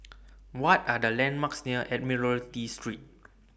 What Are The landmarks near Admiralty Street